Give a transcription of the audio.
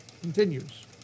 continues